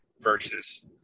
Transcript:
versus